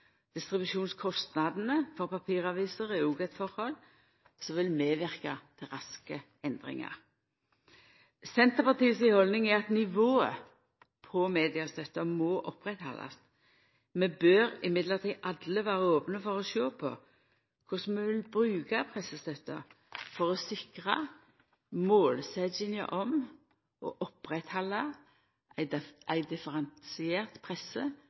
for papiraviser er òg eit forhold som vil medverka til raske endringar. Senterpartiet si haldning er at nivået på mediestøtta må haldast ved lag. Vi bør likevel alle vera opne for å sjå på korleis vi vil bruka pressestøtta for å sikra målsetjinga om å halda oppe ei differensiert presse